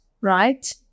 right